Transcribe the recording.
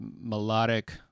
melodic